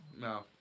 No